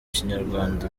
kinyarwanda